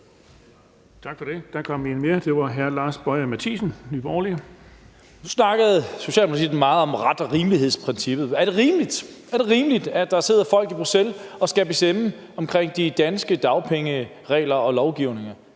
Mathiesen, Nye Borgerlige. Kl. 14:48 Lars Boje Mathiesen (NB): Nu snakkede Socialdemokratiets ordfører meget om ret og rimelighedsprincippet. Er det rimeligt, at der sidder folk i Bruxelles og skal bestemme de danske dagpengeregler og lovgivning,